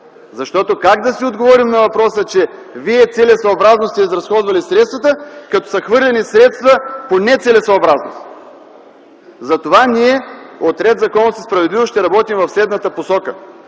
Как да си отговорим на въпроса, че вие целесъобразно сте изразходвали средствата, като са хвърлени средства по нецелесъобразност?! Затова ние от „Ред, законност и справедливост” ще работим в следната посока